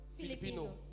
Filipino